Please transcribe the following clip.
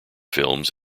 films